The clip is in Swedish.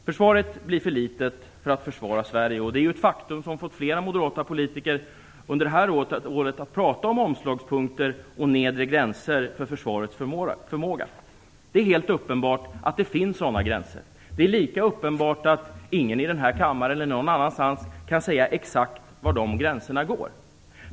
Försvaret blir för litet för att försvara Sverige. Det är ett faktum som fått flera moderata politiker att under det här året tala om omslagspunkter och nedre gränser för försvarets förmåga. Det är helt uppenbart att det finns sådana gränser. Det är lika uppenbart att ingen i den här kammaren eller någon annanstans kan säga exakt var dessa gränser går.